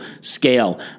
scale